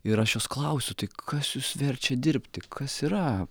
ir aš jos klausiu tai kas jus verčia dirbti kas yra